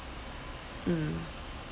mm